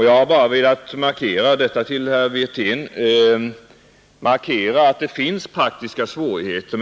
Jag har bara velat markera, herr Wirtén, att det finns praktiska svårigheter.